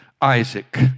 Isaac